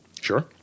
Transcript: Sure